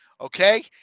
okay